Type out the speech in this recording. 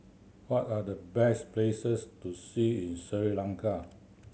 what are the best places to see in Sri Lanka